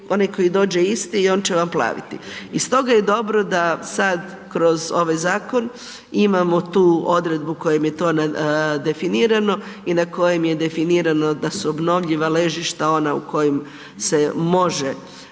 onaj koji dođe isti, on će vam plaviti i stoga je dobro da sad kroz ovaj zakon imamo tu odredbu kojom je to definirano i na kojem je definirano da su obnovljiva ležišta ona u kojim se može